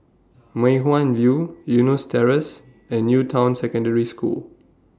Mei Hwan View Eunos Terrace and New Town Secondary School